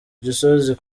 gisozi